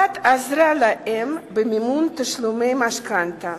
הבת עזרה לאם במימון תשלומי המשכנתה.